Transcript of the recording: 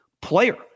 player